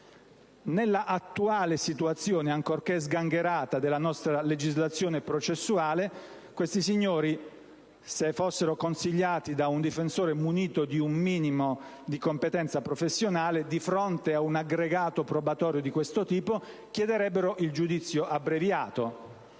Nell'attuale situazione, ancorché sgangherata, della nostra legislazione processuale questi signori, se fossero consigliati da un difensore munito di un minimo di competenza professionale, di fronte a un aggregato probatorio di questo tipo chiederebbero il giudizio abbreviato.